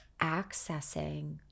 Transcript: accessing